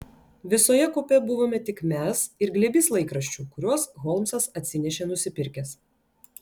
visoje kupė buvome tik mes ir glėbys laikraščių kuriuos holmsas atsinešė nusipirkęs